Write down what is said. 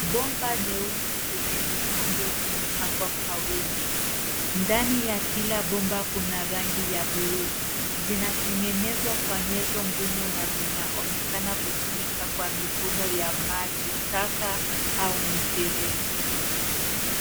Bomba nyeusi zenye mikunjo zimepangwa kwa wingi. Ndani ya kila bomba kuna rangi ya bluu. Zinatengenezwa kwa nyenzo ngumu na zinaonekana kutumika kwa mivuno ya maji taka, au mifereji.